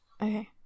Okay